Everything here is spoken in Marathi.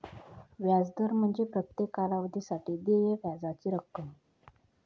व्याज दर म्हणजे प्रत्येक कालावधीसाठी देय व्याजाची रक्कम